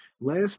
Last